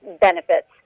benefits